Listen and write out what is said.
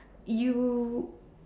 you